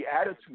attitude